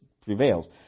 prevails